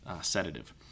sedative